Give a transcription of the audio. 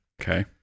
Okay